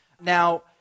Now